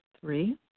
Three